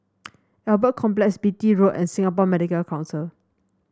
Albert Complex Beatty Road and Singapore Medical Council